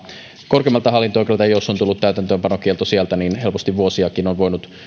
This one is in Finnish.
korkeimmalta hallinto oikeudelta jos on tullut täytäntöönpanokielto sieltä niin helposti vuosiakin on voinut